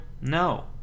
No